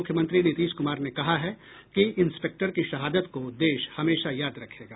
मुख्यमंत्री नीतीश कुमार ने कहा है कि इंस्पेक्टर की शहादत को देश हमेशा याद रखेगा